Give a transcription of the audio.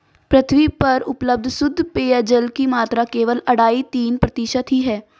पृथ्वी पर उपलब्ध शुद्ध पेजयल की मात्रा केवल अढ़ाई तीन प्रतिशत ही है